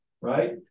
right